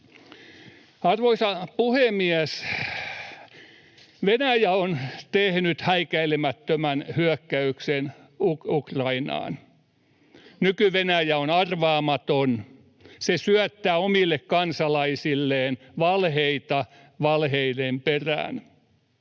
Arvoisa puhemies! Venäjä on tehnyt häikäilemättömän hyökkäyksen Ukrainaan. Nyky-Venäjä on arvaamaton. Se syöttää omille kansalaisilleen valheita valheiden perään.